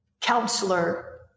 counselor